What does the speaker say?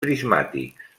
prismàtics